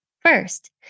First